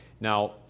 Now